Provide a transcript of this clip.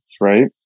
right